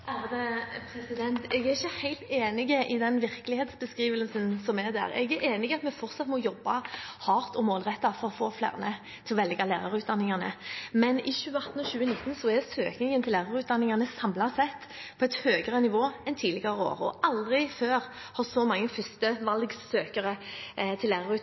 Jeg er ikke helt enig i den virkelighetsbeskrivelsen. Jeg er enig i at vi fortsatt må jobbe hardt og målrettet for å få flere til å velge lærerutdanningene, men i 2018 og 2019 er søkningen til lærerutdanningene samlet sett på et høyere nivå enn tidligere år, og aldri før har så mange førstevalgssøkere til